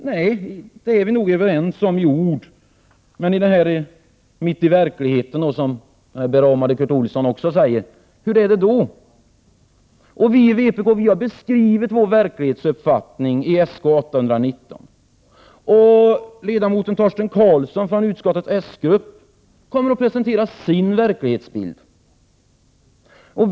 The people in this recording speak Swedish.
Nej, det är vi nog överens om i ord, men mitt i verkligheten, som den så kände Kurt Olsson säger, hur är det då? Vi i vpk har beskrivit vår verklighetsuppfattning i vår motion Sk819. Ledamoten Torsten Karlsson från utskottets s-grupp kommer senare att presentera sin verklighetsbild.